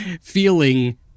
feeling